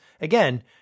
again